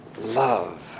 love